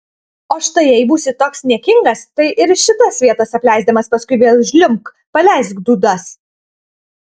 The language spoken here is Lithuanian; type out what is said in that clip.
o štai jei būsi toks niekingas tai ir šitas vietas apleisdamas paskui vėl žliumbk paleisk dūdas